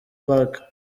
park